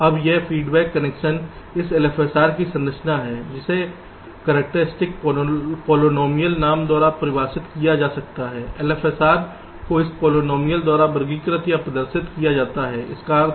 अब यह feedback connection इस LFSR की संरचना है जिसे करैक्टरस्टिक पॉलिनॉमियल नाम द्वारा परिभाषित किया जा सकता है LFSR को इस पॉलिनॉमियल द्वारा वर्गीकृत या प्रदर्शित किया जाता है इसका क्या अर्थ है